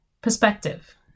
Perspective